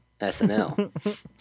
SNL